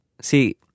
See